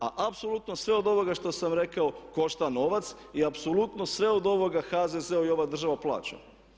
A apsolutno sve od ovoga što sam rekao košta novac i apsolutno sve od ovoga HZZO i ova država plaća.